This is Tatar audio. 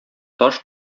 таш